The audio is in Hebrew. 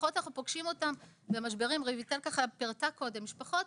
משפחות שאנחנו פוגשים אותן במשברים רויטל פירטה קודם משפחות